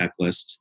checklist